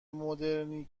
مدرنی